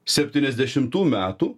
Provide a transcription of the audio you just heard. septyniasdešimtų metų